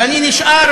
ואני נשאר,